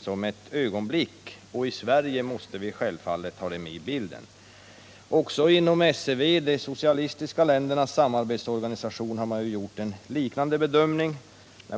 som ett ögonblick. I Sverige måste vi självfallet ta med detta i bilden. Också inom SEV, de socialistiska ländernas samarbetsorganisation, har man gjort en liknande bedömning.